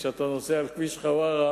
כשאתה נוסע על כביש חווארה,